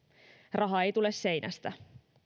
raha ei tule seinästä